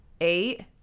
Eight